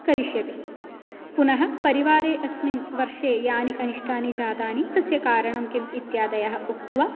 करिष्यति पुनः परिवारे अस्मिन् वर्षे यानि अनिष्टानि जातानि तस्य कारणं किम् इत्यादयः उक्त्वा